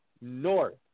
North